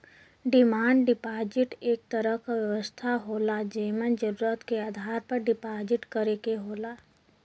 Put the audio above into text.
demand deposit एक तरह क व्यवस्था होला जेमन जरुरत के आधार पर डिपाजिट करे क होला